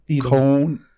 Cone